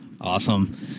Awesome